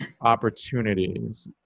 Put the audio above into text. opportunities